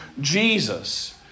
Jesus